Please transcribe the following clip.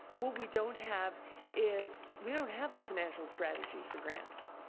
what we don't have is we don't have a financial strategy for grants.